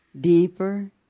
deeper